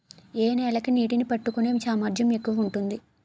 ఏ నేల కి నీటినీ పట్టుకునే సామర్థ్యం ఎక్కువ ఉంటుంది?